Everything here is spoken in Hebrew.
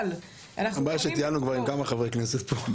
הבעיה שטיילנו כבר עם כמה חברי כנסת פה.